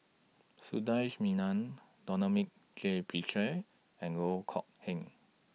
Sundaresh Menon Dominic J Puthucheary and Loh Kok Heng